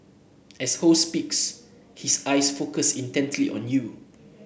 as Ho speaks his eyes focus intently on you